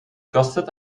kostet